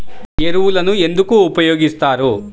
ఎరువులను ఎందుకు ఉపయోగిస్తారు?